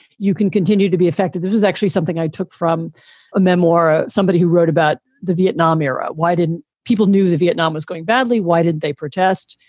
you can continue to be effective. it is actually something i took from a memoir, ah somebody who wrote about the vietnam era. why didn't people knew the vietnam was going badly? why did they protest?